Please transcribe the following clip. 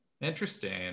interesting